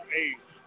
age